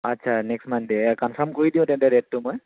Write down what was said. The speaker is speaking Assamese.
আচ্ছা নেক্সট মনডে' কনফাৰ্ম কৰি দিওঁ তেন্তে ডে'টটো মই